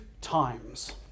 times